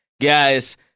Guys